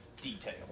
detail